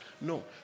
no